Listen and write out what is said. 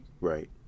Right